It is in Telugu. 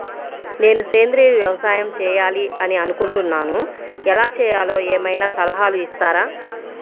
నేను సేంద్రియ వ్యవసాయం చేయాలి అని అనుకుంటున్నాను, ఎలా చేయాలో ఏమయినా సలహాలు ఇస్తారా?